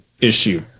issue